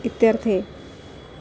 इत्यर्थे